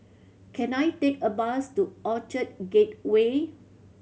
can I take a bus to Orchard Gateway